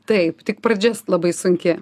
taip tik pradžia labai sunki